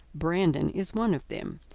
brandon is one of them.